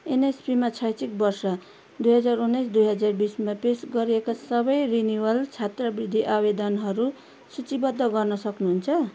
an H पीमा शैक्षिक वर्ष दुई हजार उन्नाइस र हुई हजार बिसमा पेस गरिएका सबै रिनिवल छात्रवृति आवेदनहरू सुचीबद्ध गर्नु सक्नुहुन्छ